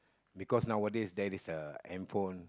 because nowadays that is a hand phone